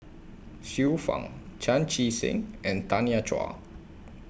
Xiu Fang Chan Chee Seng and Tanya Chua